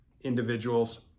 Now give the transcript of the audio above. individuals